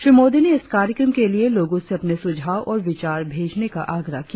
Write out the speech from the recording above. श्री मोदी ने इस कार्यक्रम के लिए लोगों से अपने सुझाव और विचार भेजने का आग्रह किया